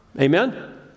Amen